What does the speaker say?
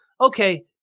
Okay